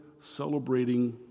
celebrating